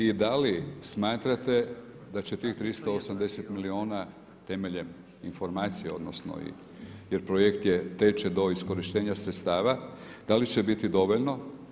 I da li smatrate da će tih 380 milijuna temeljem informacija, odnosno, jer projekt je, teče do iskorištenja sredstava, da li će biti dovoljno?